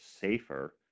safer